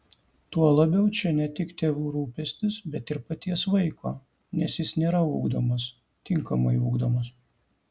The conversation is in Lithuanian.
tuo labiau čia ne tik tėvų rūpestis bet ir paties vaiko nes jis nėra ugdomas tinkamai ugdomas